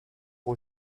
aux